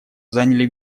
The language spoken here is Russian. заняли